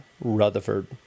rutherford